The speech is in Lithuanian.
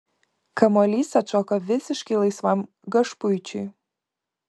kamuolys atšoko visiškai laisvam gašpuičiui